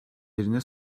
yerine